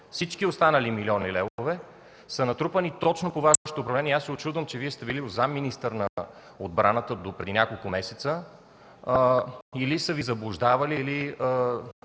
Всички останали милиони левове са натрупани точно по Вашето управление и аз се учудвам, че Вие сте били заместник-министър на отбраната допреди няколко месеца. Или са Ви заблуждавали,